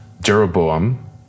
Jeroboam